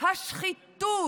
השחיתות.